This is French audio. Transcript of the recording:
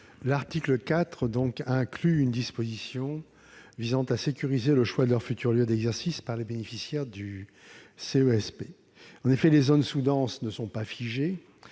L'article 4 comporte une disposition visant à sécuriser le choix du futur lieu d'exercice des bénéficiaires d'un CESP. En effet, les zones sous-denses ne sont pas figées